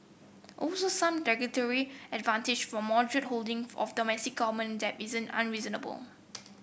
also some regulatory advantage for moderate holding of domestic government debt isn't unreasonable